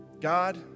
God